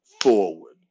forward